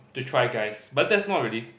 the try guys but that's not really